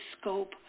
scope